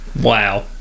Wow